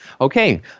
Okay